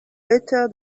better